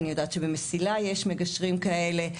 אני יודעת שבמסיל"ה יש מגשרים כאלה,